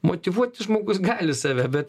motyvuoti žmogus gali save bet